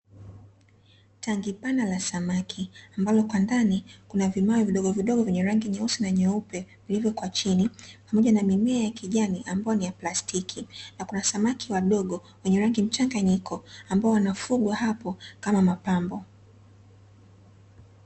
Tangi pana la samaki, ambalo kwa ndani kuna vimawe vidogovidogo vyenye rangi nyeusi na nyeupe, vilivyo kwa chini pamoja na mimea ya kijani ambayo ni ya plastiki, na kuna samaki wadogo wenye rangi mchanganyiko ambao wanafugwa hapo kama mapambo.